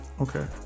Okay